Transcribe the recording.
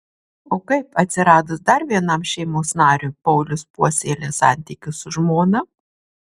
o kaip atsiradus dar vienam šeimos nariui paulius puoselėja santykius su žmona